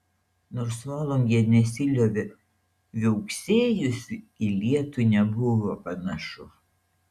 nors volungė nesiliovė viauksėjusi į lietų nebuvo panašu